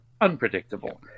unpredictable